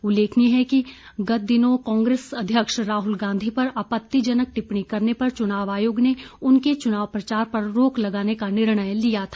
उल्लेखनीय है कि गत दिनों कांग्रेस अध्यक्ष राहुल गांधी पर आपत्तिजनक टिप्पणी करने पर चुनाव आयोग ने उनके चुनाव प्रचार पर रोक लगाने का निर्णय लिया था